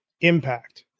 impact